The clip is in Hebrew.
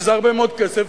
שזה הרבה מאוד כסף,